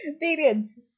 periods